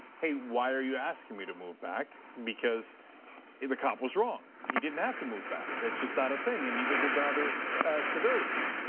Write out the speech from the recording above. hey, why are you asking me to move back? because the cop was wrong. he didn't have to move back. that's just not a thing, and neither did the other civilians.